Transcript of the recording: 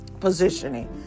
positioning